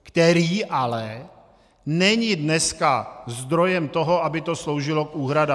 Který ale není dneska zdrojem toho, aby to sloužilo k úhradám!